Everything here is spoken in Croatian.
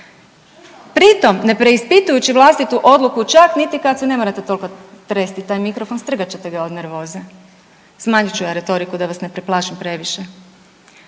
pri tom ne preispitujući vlastitu odluku čak niti kad, ne morate toliko tresti taj mikrofon strgat ćete ga od nervoze, smanjit ću ja retoriku da vas ne preplašim previše.